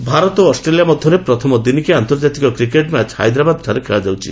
cricket Bharat ଓ Australia ମଧ୍ୟରେ ପ୍ରଥମ ଦିନିକିଆ ଆନ୍ତର୍ଜାତିକ କ୍ରିକେଟ ମ୍ୟାଚ୍ ହାଇଦ୍ରାବାଦଠାରେ ଖେଳାଯାଉଛି